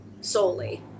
solely